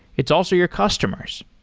it's also your customers.